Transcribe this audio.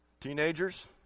Teenagers